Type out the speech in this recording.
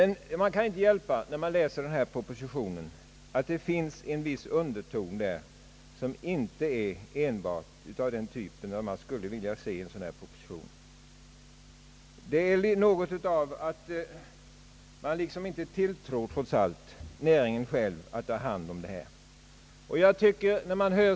När man läser propositionen kan det inte hjälpas att man förnimmer en viss underton, som inte enbart är av den typ som man skulle vilja se i en sådan här proposition. Det verkar som om man inte tilltror näringen själv att kunna ta hand om sina angelägenheter.